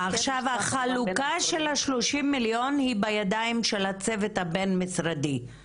--- החלוקה של ה-30 מיליון היא בידיים של הצוות הבין-משרדי.